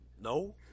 No